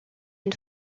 une